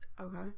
Okay